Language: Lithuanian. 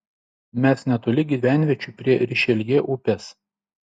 mes netoli gyvenviečių prie rišeljė upės